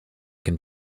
can